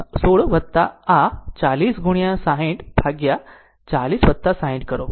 તેથી RThevenin 16 આ 40 ગુણ્યા 60 ભાગ્યા 40 60 કરો